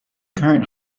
current